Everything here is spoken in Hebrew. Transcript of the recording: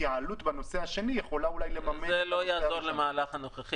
התייעלות בנושא השני יכולה אולי לממן --- זה לא יעזור למהלך הנוכחי